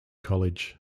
college